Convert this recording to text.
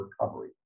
recovery